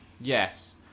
Yes